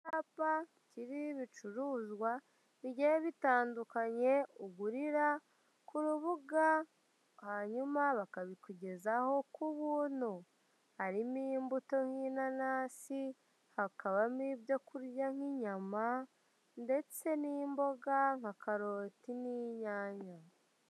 Icyapa kiriho ibicuruzwa bigiye bitandukanye ugurira ku rubuga, hanyuma bakabikugezaho ku buntu. Harimo imbuto nk'inanasi, hakabamo n'ibyo kurya nk'inyama, ndetse n'imboga nka karoti n'inyanya,